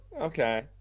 okay